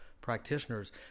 practitioners